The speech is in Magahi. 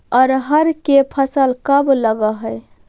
अरहर के फसल कब लग है?